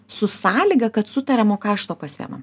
su sąlyga kad sutariam o ką iš to pasiimam